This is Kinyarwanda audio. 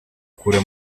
kure